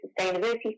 sustainability